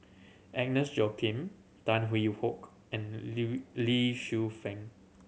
Agnes Joaquim Tan Hwee Hock and Lee Shu Fen